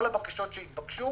כל הבקשות שהתבקשו